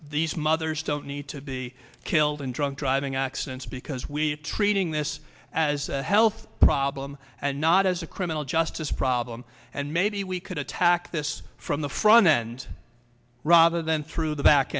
these mothers don't need to be killed in drunk driving accidents because we're treating this as a health problem and not as a criminal justice problem and maybe we could attack this from the front end rather than through the back